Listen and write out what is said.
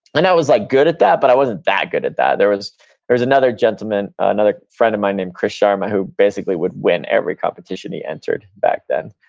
and i was like good at that, but i wasn't that good at that. there was there was another gentleman, another friend of mine named chris sharma, who basically would win every competition he entered back then.